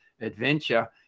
adventure